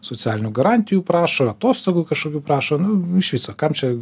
socialinių garantijų prašo atostogų kažkokių prašo nu iš viso kam čia